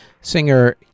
Singer